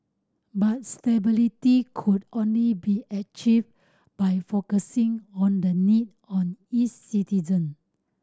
but stability could only be achieved by focusing on the need on its citizen